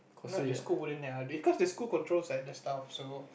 not the school wouldn't let us because the school controls like the staff so